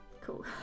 Cool